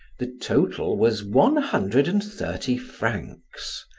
the total was one hundred and thirty francs.